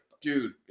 Dude